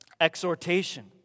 exhortation